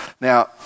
Now